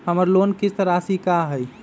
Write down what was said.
हमर लोन किस्त राशि का हई?